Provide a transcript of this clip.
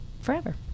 forever